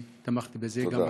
אני תמכתי בזה גם בוועדה.